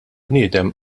bniedem